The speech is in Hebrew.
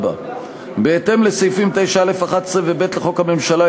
4. בהתאם לסעיפים 9(א)11 ו-9(ב) לחוק הממשלה,